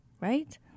right